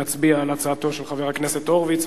נצביע על הצעתו של חבר הכנסת הורוביץ.